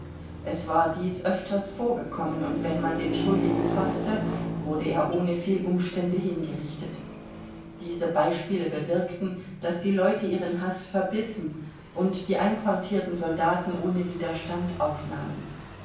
es war dies öfters vorgekommen und wenn man den schuldigen faßte wurde er ohne viel umstände hingerichtet diese beispiele bewirkten daß die leute ihren haß verbissen und die einquartierten soldaten ohne widerstand aufnahmen